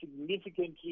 significantly